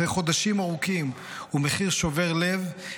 אחרי חודשים ארוכים ומחיר שובר לב,